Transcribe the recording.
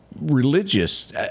religious